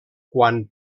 quan